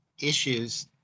issues